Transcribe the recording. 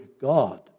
God